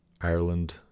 Ireland